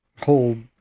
hold